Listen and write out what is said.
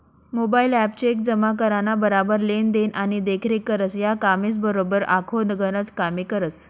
mobile app check जमा कराना बराबर लेन देन आणि देखरेख करस, या कामेसबराबर आखो गनच कामे करस